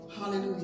Hallelujah